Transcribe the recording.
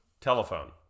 Telephone